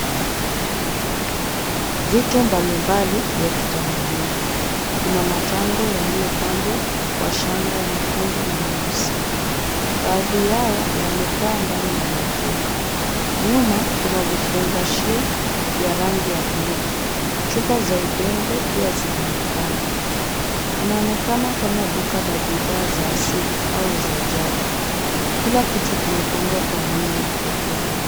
Vitu mbalimbali vya kitamaduni. Kuna matango yaliyo pambwa kwa shanga nyekundu na nyeusi. Baadhi yao yamepangwa ndani ya bakuli. Nyuma kuna vifungashio vya rangi ya bluu. Chupa za udongo pia zinaonekana. Inaonekana kama duka la bidhaa zaasili au za jadi kila kitu kimepangwa kwa namna ya pekee.